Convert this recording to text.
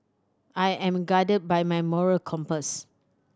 I am guided by my moral compass